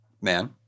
man